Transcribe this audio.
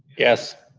yes.